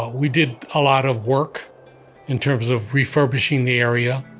we did a lot of work in terms of refurbishing the area.